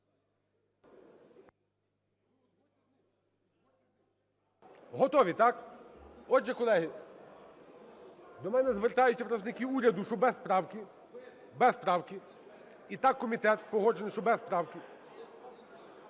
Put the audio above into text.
Готові, так? Отже, колеги, до мене звертаються представники уряду, що без правки, без правки. І так, комітет погоджений, що без правки?